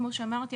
כמו שאמרתי,